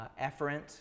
efferent